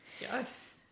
Yes